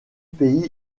pays